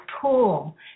pool